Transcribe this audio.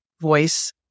voice